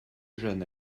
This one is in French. jeune